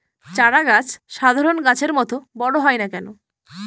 চারা গাছ সাধারণ গাছের মত বড় হয় না কেনো?